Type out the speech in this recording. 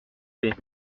plait